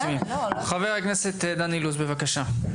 ח"כ דן אילוז בבקשה.